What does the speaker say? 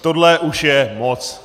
Tohle už je moc.